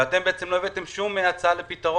ואתם בעצם לא הבאתם שום הצעה לפתרון,